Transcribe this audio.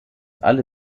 alle